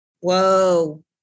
Whoa